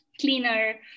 cleaner